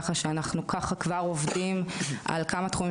ככה שאנחנו כבר עובדים כל כמה תחומים